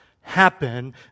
happen